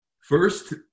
first